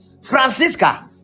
Francisca